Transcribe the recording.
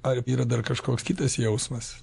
ar yra dar kažkoks kitas jausmas